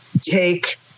take